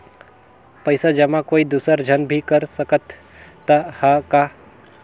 पइसा जमा कोई दुसर झन भी कर सकत त ह का?